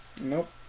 Nope